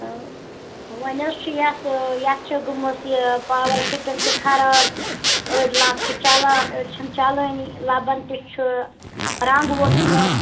اۭں وۄنۍ حظ چھُ یَتھ یَتھ چھِ گٔمٕژ یہِ پاوَر سِکِم تہِ خراب أڑۍ لَمپ چھِ چلان أڑۍ چھِنہٕ چلٲنی لَبن تہِ چھُ رنٛگ ووٚتھمُت